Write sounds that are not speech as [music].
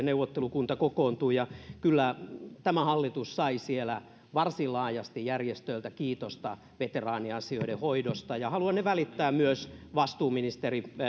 [unintelligible] neuvottelukunta kokoontui ja kyllä tämä hallitus sai siellä varsin laajasti järjestöiltä kiitosta veteraaniasioiden hoidosta ja haluan ne välittää myös vastuuministeri